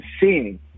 seeing